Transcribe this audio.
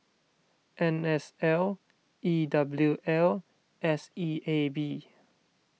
N S L E W L S E A B